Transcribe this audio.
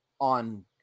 on